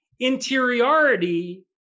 interiority